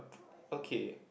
okay